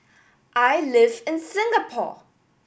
I live in Singapore